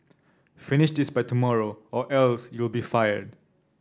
finish this by tomorrow or else you'll be fired